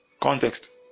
Context